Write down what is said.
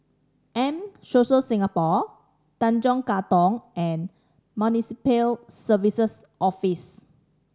M Social Singapore Tanjong Katong and Municipal Services Office